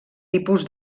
tipus